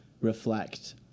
reflect